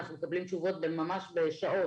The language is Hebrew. אנחנו מקבלים תשובות, ממש בשעות.